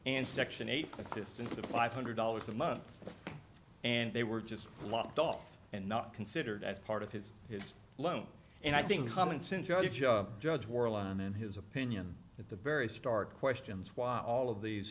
and section eight assistance of five hundred dollars a month and they were just locked off and not considered as part of his his loan and i think common sense judge worland in his opinion at the very start questions why all of these